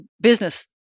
business